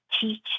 teach